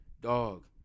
Dog